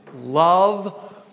love